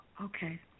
okay